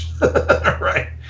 right